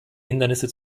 hindernisse